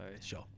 Sure